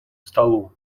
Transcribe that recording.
столу